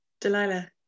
Delilah